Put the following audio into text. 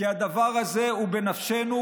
כי הדבר הזה הוא בנפשנו.